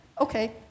okay